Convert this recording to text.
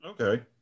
Okay